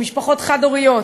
במשפחות חד-הוריות,